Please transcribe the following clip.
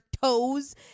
toes